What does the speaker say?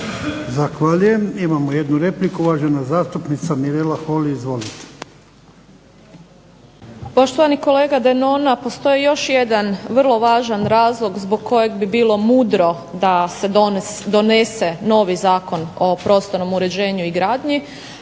Zahvaljujem. Imamo jednu repliku uvažena zastupnica Mirela Holy. Izvolite. **Holy, Mirela (SDP)** Poštovani kolega Denona postoji još jedan vrlo važan razlog zbog kojeg bi bilo mudro da se donese novi Zakon o prostornom uređenju i gradnji,